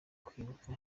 kwibuka